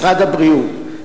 משרד הבריאות,